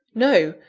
no!